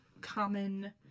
common